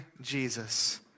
Jesus